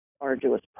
arduous